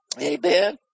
Amen